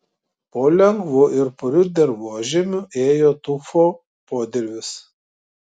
po lengvu ir puriu dirvožemiu ėjo tufo podirvis